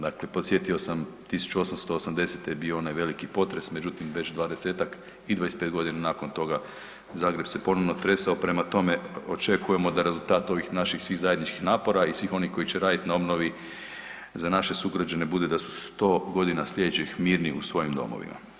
Dakle, podsjetio sam, 1880. je bio onaj veliki potres, međutim, već 20-tak i 25 godina nakon toga, Zagreb se ponovno tresao, prema tome, očekujemo da rezultat ovih naših svih zajedničkih napora i svih onih koji će raditi na obnovi za naše sugrađane bude da 100 godina sljedećih mirni u svojim domovima.